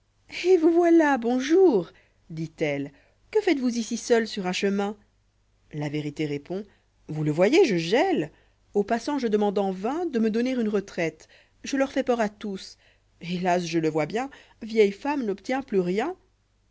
vous voilà bon jour dit-elle que faites vous ici seule sur un chemin la vérité répond vous le voyez je gèle aux passants je demande en vai n de me donner une retraite je leur fais peur ij tons hélas je lé vois bien yieihe femme n'obtient plus rien